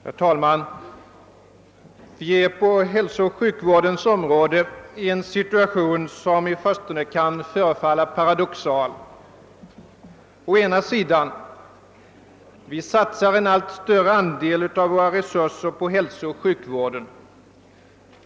Herr talman! På hälsooch sjukvårdens område är vi i en situation som i förstone kan förefalla paradoxal. Å ena sidan satsar vi en allt större andel av våra resurser på hälsooch sjukvård.